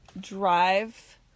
drive